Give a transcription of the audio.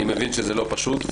אני מבין שזה לא פשוט.